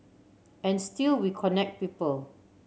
and still we connect people